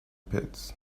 pits